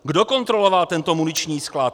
Kdo kontroloval tento muniční sklad?